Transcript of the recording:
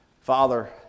Father